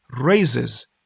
raises